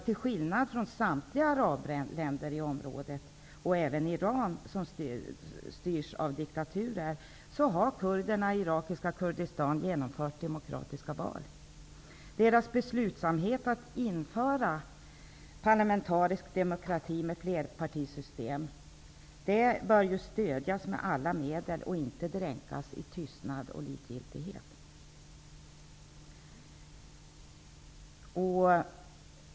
Till skillnad från samtliga arabländer i området -- Iran har exempelvis diktatur -- har kurderna i irakiska Kurdistan genomfört demokratiska val. Deras beslutsamhet att införa parlamentarisk demokrati med flerpartisystem bör stödjas med alla medel, i stället för att dränkas med tystnad och likgiltighet.